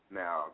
now